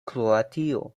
kroatio